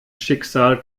schicksal